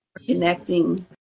connecting